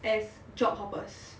as job hoppers